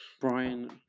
Brian